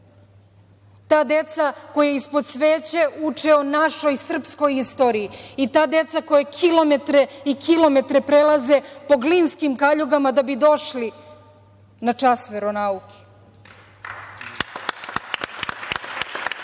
Ta deca koja ispod sveće uče o našoj srpskoj istoriji i ta deca koja kilometre i kilometre prelaze po glinskim kaljugama da bi došli na čas veronauke. Hrabrost